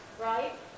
right